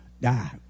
Die